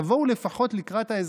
תבואו לפחות לקראת האזרחים.